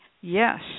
yes